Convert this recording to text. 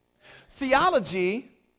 theology